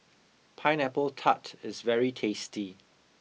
Pineapple Tart is very tasty